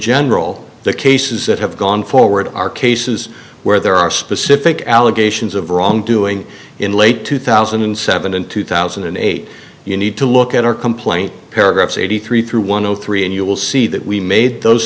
general the cases that have gone forward are cases where there are specific allegations of wrongdoing in late two thousand and seven and two thousand and eight you need to look at our complaint paragraphs eighty three through one zero three and you will see that we made those